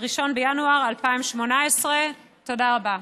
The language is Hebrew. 1 בינואר 2018. תודה רבה.